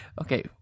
Okay